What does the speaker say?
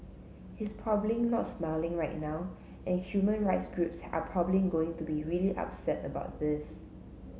he's probably not smiling right now and human rights groups are probably going to be really upset about this